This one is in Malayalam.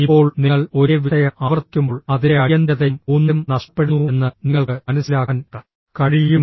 ഇപ്പോൾ നിങ്ങൾ ഒരേ വിഷയം ആവർത്തിക്കുമ്പോൾ അതിന്റെ അടിയന്തിരതയും ഊന്നലും നഷ്ടപ്പെടുന്നുവെന്ന് നിങ്ങൾക്ക് മനസ്സിലാക്കാൻ കഴിയും